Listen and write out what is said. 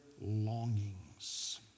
longings